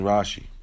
Rashi